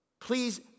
Please